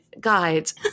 guides